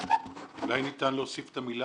אני נטע דורפמן,